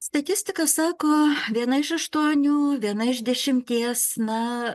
statistika sako viena iš aštuonių viena iš dešimties na